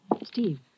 Steve